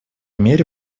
мере